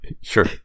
sure